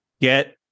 get